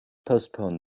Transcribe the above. postpone